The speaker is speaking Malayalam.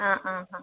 ആ ആ ആ